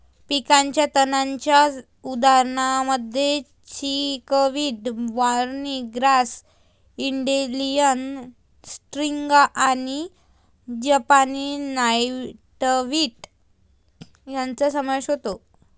पिकाच्या तणांच्या उदाहरणांमध्ये chickweed, barney grass, dandelion, striga आणि जपानी नॉटवीड यांचा समावेश होतो